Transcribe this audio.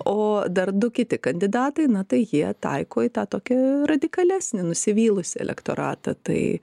o dar du kiti kandidatai na tai jie taiko į tą tokį radikalesnį nusivylusį elektoratą tai